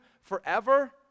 forever